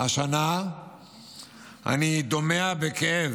השנה אני דומע בכאב,